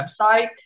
website